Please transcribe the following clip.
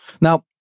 Now